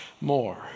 more